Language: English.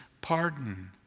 Pardon